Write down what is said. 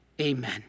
amen